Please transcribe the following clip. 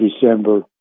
December